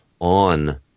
on